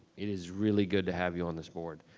it is really good to have you on this board.